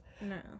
No